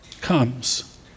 comes